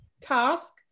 Task